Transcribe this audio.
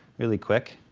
really quick.